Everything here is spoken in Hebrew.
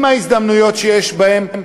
עם ההזדמנויות שיש בהן,